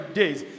days